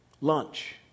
Lunch